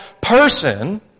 person